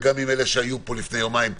וגם עם אלה שהיו פה לפני יומיים,